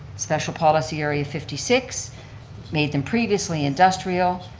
special policy area fifty six made them previously industrial.